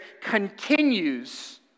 continues